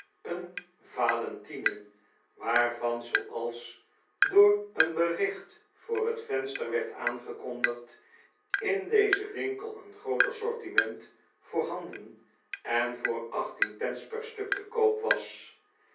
een valentine waarvan zooals door een bericht voor het venster werd aangekondigd in dezen winkel een groot assortiment voorhanden en vodr achttien pence het stuk te koop was